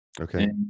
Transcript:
Okay